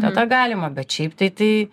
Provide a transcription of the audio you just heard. tada galima bet šiaip tai tai